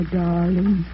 darling